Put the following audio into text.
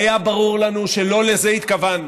שלא לזה התכוונו.